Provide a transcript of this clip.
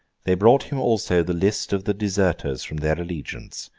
they brought him also the list of the deserters from their allegiance,